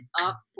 up